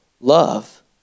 love